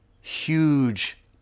huge